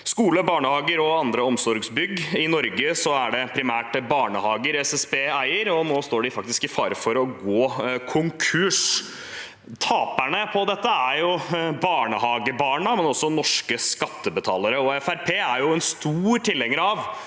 skoler, barnehager og andre omsorgsbygg. I Norge er det primært barnehager som SBB eier, men nå står de faktisk i fare for å gå konkurs. Taperne i dette er barnehagebarna, men også norske skattebetalere. Fremskrittspartiet er en sterk tilhenger av